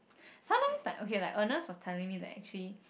sometimes like okay like Ernest was telling me that actually